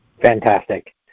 Fantastic